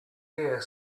ear